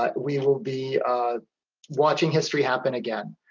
but we will be watching history happen again.